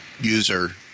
user